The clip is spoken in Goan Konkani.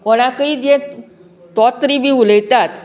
कोणाकय जे तोतरी बी उलयतात